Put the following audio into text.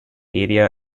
area